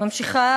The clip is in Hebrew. ממשיכה